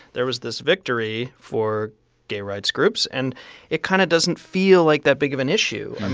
there was this victory for gay rights groups. and it kind of doesn't feel like that big of an issue and